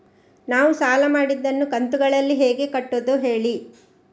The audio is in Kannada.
ನಾವು ಸಾಲ ಮಾಡಿದನ್ನು ಕಂತುಗಳಲ್ಲಿ ಹೇಗೆ ಕಟ್ಟುದು ಹೇಳಿ